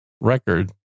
record